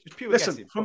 Listen